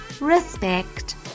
respect